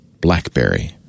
BlackBerry